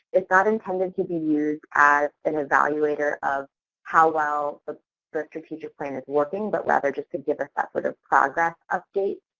it's not intended to be used as an evaluator of how well the but strategic plan is working but rather just to give us that sort of progress update.